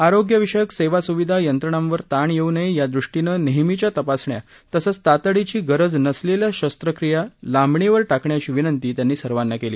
आरोग्य विषयक सेवा सुविधा यंत्रणांवर ताण येऊ नये या दृष्टीनं नेहमीच्या तपासण्या तसंच तातडीची गरज नसलेल्या शस्त्रक्रिया लांबणीवर टाकण्याची विनंती त्यांनी सर्वांना केली